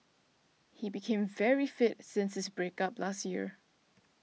he became very fit ever since his break up last year